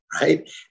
right